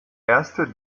erste